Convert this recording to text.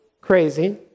crazy